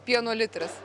pieno litras